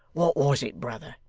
what was it, brother